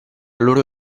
loro